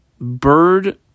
bird